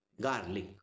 garlic